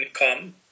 income